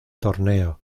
torneo